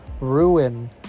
ruin